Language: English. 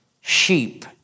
sheep